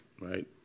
right